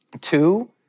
two